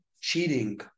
cheating